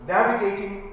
Navigating